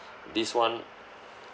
this one